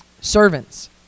servants